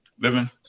Living